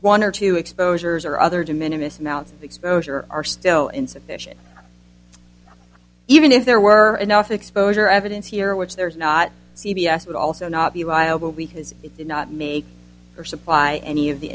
one or two exposures or other de minimus amounts of exposure are still insufficient even if there were enough exposure evidence here which there is not c b s would also not be liable because it did not make or supply any of the